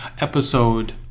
episode